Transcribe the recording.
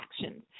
actions